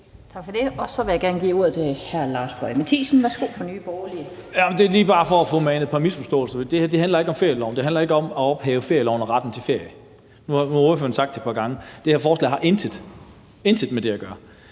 Tak for det. Så vil jeg gerne give ordet til hr. Lars Boje Mathiesen fra Nye Borgerlige. Værsgo. Kl. 18:10 Lars Boje Mathiesen (NB): Det er bare lige for at få manet et par misforståelser i jorden. Det her handler ikke om ferieloven, det handler ikke om at ophæve ferieloven og retten til ferie. Nu har ordføreren sagt det et par gange, men det her forslag har intet – intet – med det at gøre.